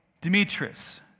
Demetrius